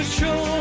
show